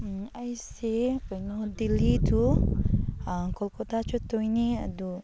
ꯑꯩꯁꯦ ꯀꯩꯅꯣ ꯗꯦꯜꯂꯤ ꯇꯨ ꯀꯣꯜꯀꯇꯥ ꯆꯠꯇꯣꯏꯅꯦ ꯑꯗꯨ